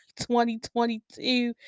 2022